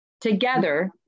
Together